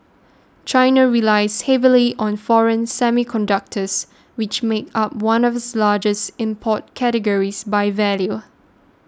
China relies heavily on foreign semiconductors which make up one of its largest import categories by value